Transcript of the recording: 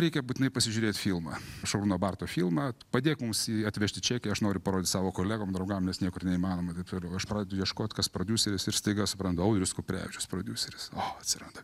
reikia būtinai pasižiūrėt filmą šarūno barto filmą padėk mums jį atvežt į čekiją aš noriu parodyt savo kolegom draugam nes niekur neįmanoma taip toliau aš pradedu ieškot kas prodiuseris ir staiga suprantu audrius kuprevičius prodiuseris o atsiranda